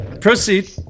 Proceed